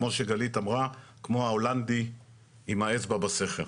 כמו שגלית אמרה כמו ההולנדי עם האצבע בסכר.